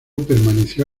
permaneció